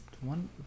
one